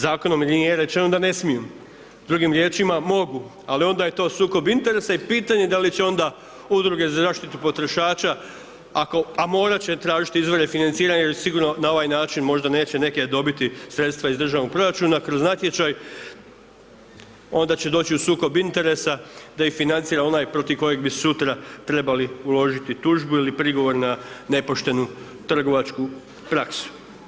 Zakonom nije rečeno da ne smiju, drugim riječima, mogu, ali onda je to sukob interesa jer pitanje dali će onda Udruge za zaštitu potrošača, a morat će tražiti izvore financiranja jer sigurno na ovaj način možda neće neke dobiti sredstva iz državnog proračuna kroz natječaj, onda će doći u sukob interesa da ih financira onaj protiv kojeg bi sutra trebali uložiti tužbu ili prigovor na nepoštenu trgovačku praksu.